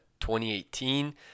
2018